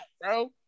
bro